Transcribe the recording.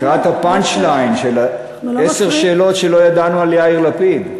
וזה לקראת ה- punch lineשל עשר השאלות שלא ידענו על יאיר לפיד.